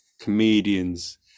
comedians